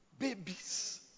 Babies